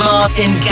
Martin